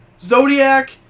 Zodiac